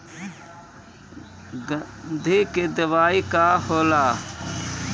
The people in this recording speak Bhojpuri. गंधी के दवाई का होला?